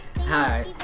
Hi